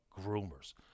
groomers